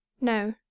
no